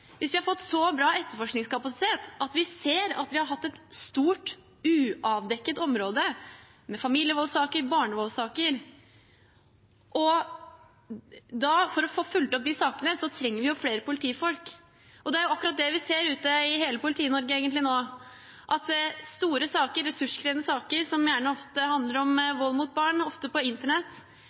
Hvis vi har fått så bra etterforskningskapasitet at vi ser at vi har hatt et stort, ikke-avdekket område – med familievoldssaker og barnevoldsaker – trenger vi jo flere politifolk for å få fulgt opp de sakene. Det er akkurat det vi ser ute i Politi-Norge nå, at store og ressurskrevende saker, som gjerne ofte handler om vold mot barn, ofte på internett,